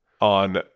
on